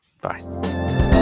Bye